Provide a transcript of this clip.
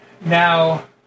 Now